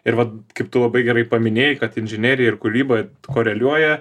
ir vat kaip tu labai gerai paminėjai kad inžinerija ir kūryba koreliuoja